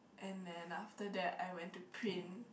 and then after that I went to print